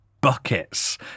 buckets